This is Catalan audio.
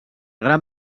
gran